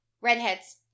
redheads